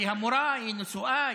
כי המורה היא נשואה,